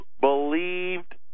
believed